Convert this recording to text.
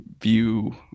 view